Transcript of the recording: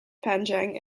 panjang